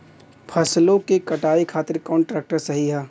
फसलों के कटाई खातिर कौन ट्रैक्टर सही ह?